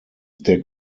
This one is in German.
der